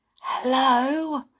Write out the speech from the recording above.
Hello